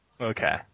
Okay